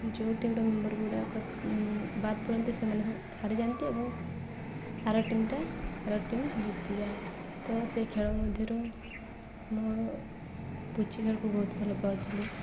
ଯେଉଁ ଟିମ୍ର ମେମ୍ବର ଗୁଡ଼ାକ ବାଦ ପଡ଼ନ୍ତି ସେମାନେ ହାରିଯାଆନ୍ତି ଏବଂ ଆର ଟିମ୍ଟା ଆର ଟିମ୍ ଜିତିଯାଏ ତ ସେ ଖେଳ ମଧ୍ୟରୁ ମୁଁ ପୁଚି ଖେଳକୁ ବହୁତ ଭଲ ପାଉଥିଲି